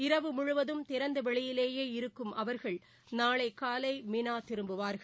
இரவு முழுவதும் திறந்த வெளியிலேயே இருக்கும் அவர்கள் நாளை காலை மினா திரும்புவார்கள்